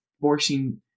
forcing